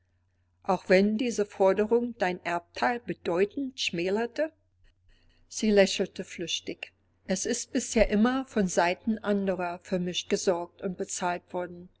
auch wenn diese forderung dein erbteil bedeutend schmälerte sie lächelte flüchtig es ist bisher immer von seiten anderer für mich gesorgt und bezahlt worden